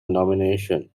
nomination